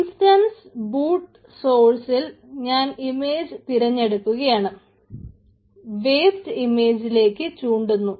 instance boot സോഴ്സിൽ ചൂണ്ടുന്നു